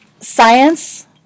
Science